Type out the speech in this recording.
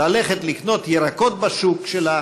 ללכת לקנות ירקות בשוק שלה